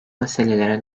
meselelere